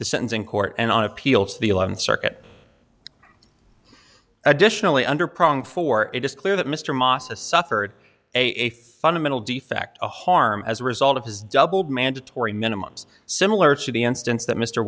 the sentencing court and on appeal to the eleventh circuit additionally under prong four it is clear that mr masa suffered a fundamental defect a harm as a result of his double mandatory minimums similar to the instance that mr